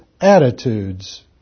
attitudes